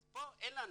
אז פה אין לנו.